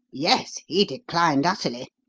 yes. he declined utterly.